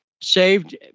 saved